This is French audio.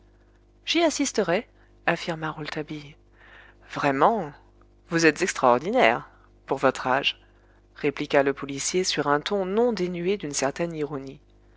y assister j'y assisterai affirma rouletabille vraiment vous êtes extraordinaire pour votre âge répliqua le policier sur un ton non dénué d'une certaine ironie